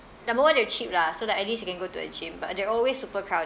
number one they're cheap lah so like at least you can go to a gym but they're always super crowded